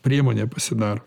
priemonė pasidaro